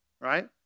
right